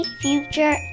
future